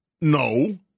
No